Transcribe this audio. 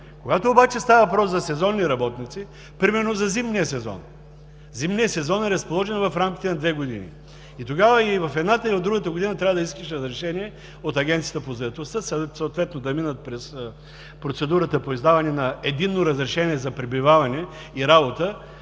Когато обаче става въпрос за сезонни работници примерно за зимния сезон, зимният сезон е разположен в рамките на две години, и тогава и в едната, и в другата година трябва да искаш разрешение от Агенцията по заетостта, съответно да минат през процедурата по издаване на единно разрешение за пребиваване и работа,